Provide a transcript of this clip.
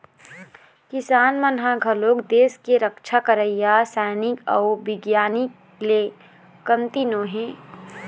किसान मन ह घलोक देस के रक्छा करइया सइनिक अउ बिग्यानिक ले कमती नो हे